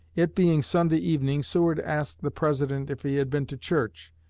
it being sunday evening, seward asked the president if he had been to church,